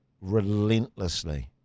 Relentlessly